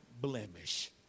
blemish